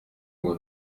ngo